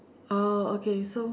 oh okay so